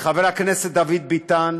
לחבר הכנסת דוד ביטן,